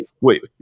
wait